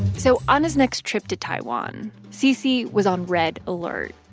so on his next trip to taiwan, cc was on red alert.